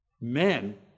Men